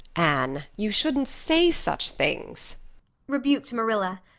anne, you shouldn't say such things rebuked marilla,